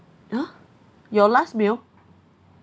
!huh! your last meal